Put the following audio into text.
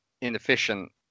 inefficient